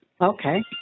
okay